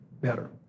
better